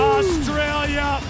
Australia